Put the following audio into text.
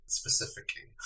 specifically